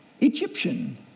Egyptian